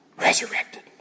Resurrected